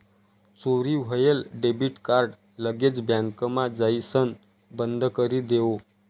चोरी व्हयेल debit card लगेच बँकमा जाइसण बंदकरी देवो